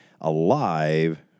alive